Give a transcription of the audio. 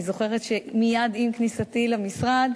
אני זוכרת שמייד עם כניסתי למשרד